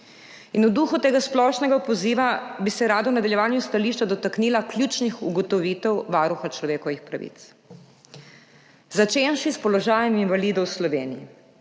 In v duhu tega splošnega poziva bi se rada v nadaljevanju stališča dotaknila ključnih ugotovitev Varuha človekovih pravic, začenši s položajem invalidov v Sloveniji.